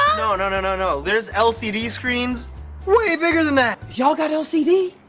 no, no, no, no, no. there's lcd screens way bigger than that! y'all got lcd?